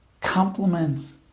compliments